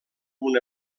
una